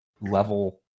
level